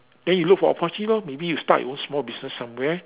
then you look for opporunity lor maybe you start your own small business somewhere